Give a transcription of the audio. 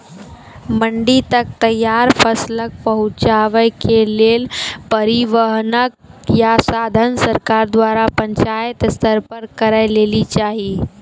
मंडी तक तैयार फसलक पहुँचावे के लेल परिवहनक या साधन सरकार द्वारा पंचायत स्तर पर करै लेली चाही?